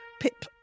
Pip